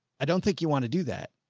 i don't think you want to do that.